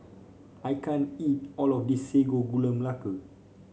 I can't eat all of this Sago Gula Melaka